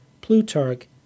Plutarch